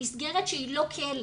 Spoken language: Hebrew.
למסגרת שהיא לא כלא.